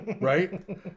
Right